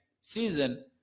season